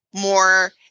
more